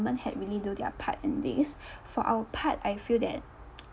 had really do their part in this for our part I feel that